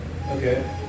Okay